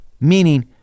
meaning